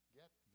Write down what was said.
get